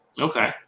okay